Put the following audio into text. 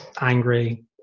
angry